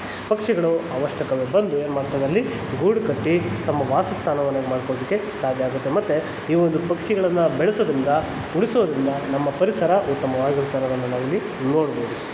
ಪಕ್ಷಿಗಳು ಅವಷ್ಟಕ್ಕವೇ ಬಂದು ಏನು ಮಾಡ್ತದೆ ಅಲ್ಲಿ ಗೂಡು ಕಟ್ಟಿ ತಮ್ಮ ವಾಸಸ್ಥಾನವನ್ನು ಇದು ಮಾಡ್ಕೊಳ್ಳೋದಕ್ಕೆ ಸಾಧ್ಯ ಆಗುತ್ತೆ ಮತ್ತೆ ಈ ಒಂದು ಪಕ್ಷಿಗಳನ್ನು ಬೆಳೆಸೋದರಿಂದ ಉಳಿಸೋದರಿಂದ ನಮ್ಮ ಪರಿಸರ ಉತ್ತಮವಾಗಿರುತ್ತೆ ಅನ್ನೋದನ್ನು ನಾವಿಲ್ಲಿ ನೋಡ್ಬೋದು